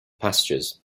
pastures